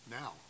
Now